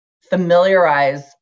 familiarize